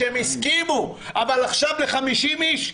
הם הסכימו, אבל עכשיו לרדת ל-50 איש?